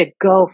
go